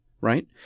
right